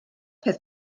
peth